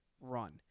run